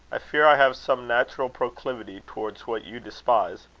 i fear i have some natural proclivity towards what you despise.